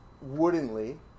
woodenly